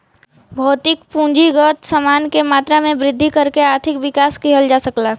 भौतिक पूंजीगत समान के मात्रा में वृद्धि करके आर्थिक विकास किहल जा सकला